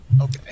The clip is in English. Okay